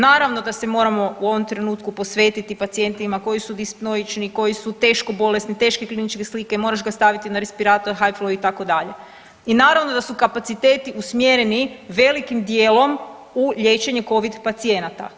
Naravno da se moramo u ovom trenutku posvetiti pacijentima koji su dispnoični koji su teško bolesni, teške kliničke slike, moraš ga staviti na respirator …/nerazumljivo/… itd., i naravno da su kapaciteti usmjereni velikim djelom u liječenje Covid pacijenata.